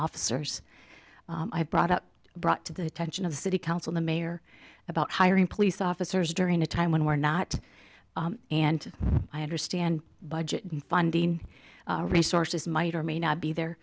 officers i've brought up brought to the attention of the city council the mayor about hiring police officers during a time when we're not and i understand budget funding resources might or may not be there